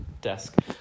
desk